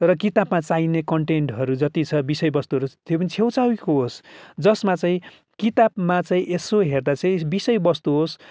तर किताबमा चाहिने कन्टेन्टहरू जत्ति छ विषयवस्तुहरू त्यो पनि छेउछाउको होस् जसमा चाहिँ किताबमा चाहिँ यसो हेर्दा चाहिँ विषयवस्तु होस्